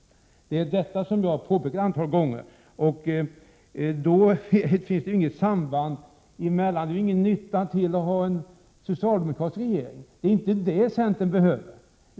Detta har jag påpekat ett antal gånger. Då är det ju ingen nytta med att ha en socialdemokratisk regering. Det är inte det centern behöver.